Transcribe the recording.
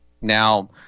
Now